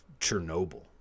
Chernobyl